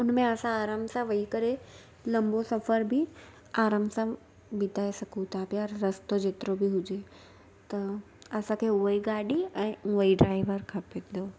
हुन में असां आरामु सां वेई करे लंबो सफ़र बि आरामु सां बिताए सघूं था पिया रस्तो जेतिरो बि हूजे त असांखे उहा ई गाॾी ऐं उहा ई ड्राइवर खपे थो